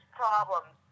problems